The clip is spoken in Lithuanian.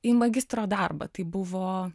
į magistro darbą tai buvo